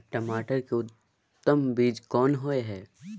टमाटर के उत्तम बीज कोन होय है?